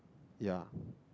yeah